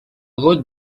good